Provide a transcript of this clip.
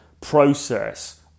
process